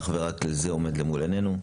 אך ורק זה עומד למול עינינו.